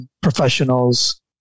professionals